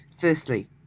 Firstly